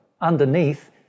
underneath